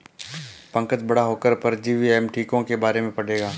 पंकज बड़ा होकर परजीवी एवं टीकों के बारे में पढ़ेगा